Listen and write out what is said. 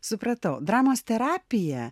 supratau dramos terapija